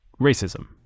racism